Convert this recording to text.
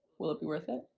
will it be worth it?